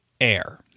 air